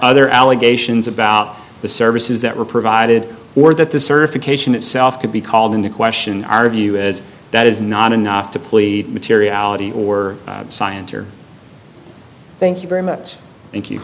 other allegations about the services that were provided or that the certification itself could be called into question our view is that is not enough to plead materiality or scienter thank you very much thank